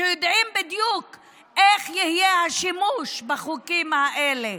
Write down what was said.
שיודעים בדיוק איך יהיה השימוש בחוקים האלה.